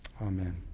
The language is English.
Amen